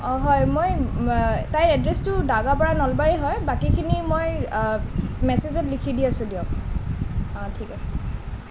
অ হয় মই তাইৰ এড্ৰেছটো দাগাপাৰা নলবাৰী হয় বাকীখিনি মই মেছেজত লিখি দি আছোঁ দিয়ক ঠিক আছে